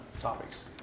topics